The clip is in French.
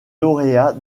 lauréats